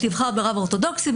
היא תבחר ברב אורתודוקסי,